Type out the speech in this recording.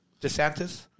Desantis